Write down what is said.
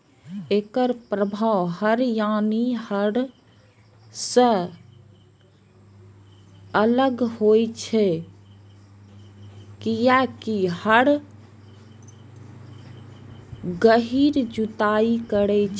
एकर प्रभाव हर यानी हल सं अलग होइ छै, कियैकि हर गहींर जुताइ करै छै